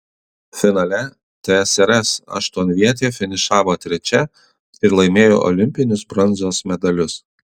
finale tsrs aštuonvietė finišavo trečia ir laimėjo olimpinius bronzos medalius